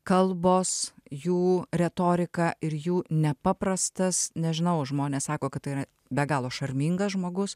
kalbos jų retorika ir jų nepaprastas nežinau žmonės sako kad tai yra be galo šarmingas žmogus